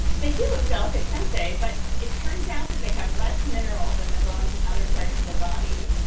they do look delicate, don't they, but it turns out that they have less mineral than the bones in other parts of the body.